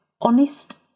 honest